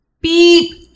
Beep